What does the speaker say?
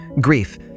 grief